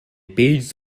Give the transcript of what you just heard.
pages